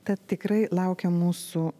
tad tikrai laukia mūsų